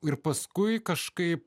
ir paskui kažkaip